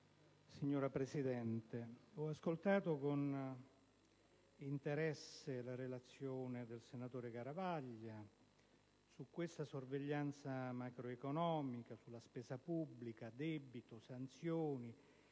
Signora Presidente, ho ascoltato con interesse la relazione del senatore Garavaglia sulla sorveglianza macroeconomica, sulla spesa pubblica, su debito, sanzioni,